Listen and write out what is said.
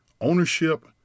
ownership